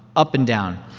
up and down.